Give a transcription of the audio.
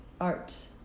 art